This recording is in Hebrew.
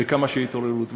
וכמה שתהיה התעוררות.